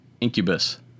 Incubus